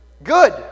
Good